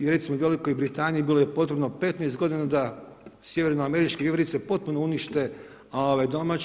I recimo u Velikoj Britaniji bilo je potrebno 15 godina da sjevernoameričke vjeverice potpuno unište domaće.